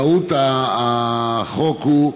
מהות החוק היא,